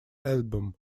album